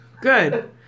good